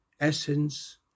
essence